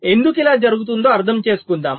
ఎందుకు ఇలా జరుగుతుందో అర్థం చేసుకుందాం